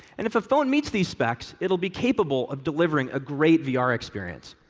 and if a phone meets these specs, it will be capable of delivering a great vr experience.